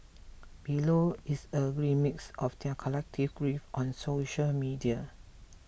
below is a gree mix of their collective grief on social media